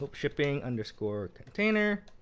um shipping underscore container